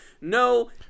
No